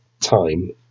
time